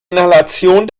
inhalation